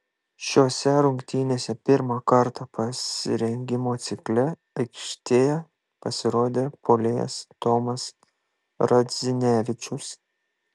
šiose rungtynėse pirmą kartą pasirengimo cikle aikštėje pasirodė puolėjas tomas radzinevičius